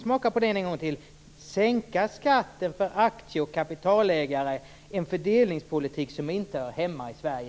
Smaka på den en gång till: Att sänka skatten för aktie och kapitalägare är en fördelningspolitik som inte hör hemma i Sverige.